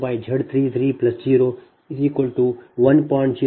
35 j2